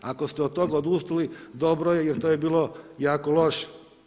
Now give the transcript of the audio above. Ako ste od toga odustali dobro je jer to je bilo jako loše.